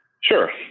Sure